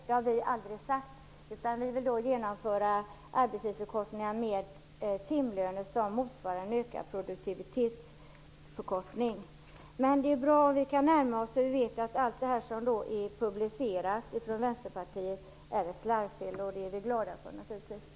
Det har vi aldrig sagt, utan vi vill att arbetstidsförkortningar genomförs med timlöner som motsvarar produktivitetsökningen. Det är dock bra om vi kan närma oss till varandra. Vi är naturligtvis glada för erkännandet att de av Vänsterpartiet publicerade uppgifterna bygger på ett slarvfel.